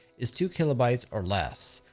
is two kilobytes or less,